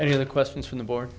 any other questions from the board